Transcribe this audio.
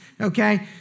Okay